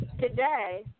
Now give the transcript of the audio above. Today